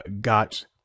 got